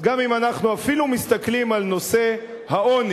אז גם אם אנחנו אפילו מסתכלים על נושא העוני,